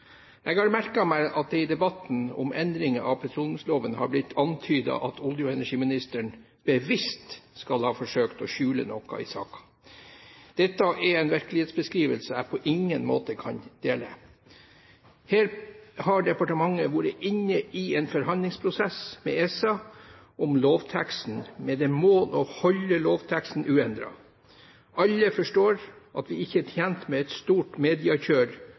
Jeg har merket meg at det i debatten om endringer av petroleumsloven har blitt antydet at olje- og energiministeren bevisst skal ha forsøkt å skjule noe i saken. Dette er en virkelighetsbeskrivelse jeg på ingen måte kan dele. Her har departementet vært inne i en forhandlingsprosess med ESA om lovteksten, med det mål å holde lovteksten uendret. Alle forstår at vi ikke er tjent med et stort mediekjør